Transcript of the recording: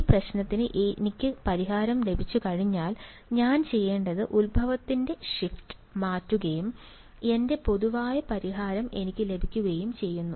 ഈ പ്രശ്നത്തിന് എനിക്ക് പരിഹാരം ലഭിച്ചുകഴിഞ്ഞാൽ ഞാൻ ചെയ്യേണ്ടത് ഉത്ഭവത്തിന്റെ ഷിഫ്റ്റ് മാറ്റുകയും എന്റെ പൊതുവായ പരിഹാരം എനിക്ക് ലഭിക്കുകയും ചെയ്യുന്നു